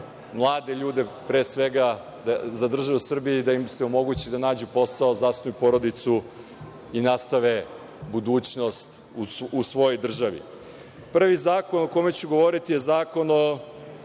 mlade ljude pre svega zadrže u Srbiji i da im se omogući da nađu posao, zasnuju porodicu i nastave budućnost u svojoj državi. Prvi zakon o kojem ću govoriti je Zakona o